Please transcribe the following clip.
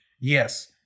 Yes